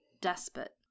despot